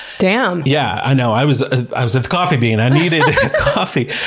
damn! yeah, i know, i was ah i was at the coffee bean, i needed coffee!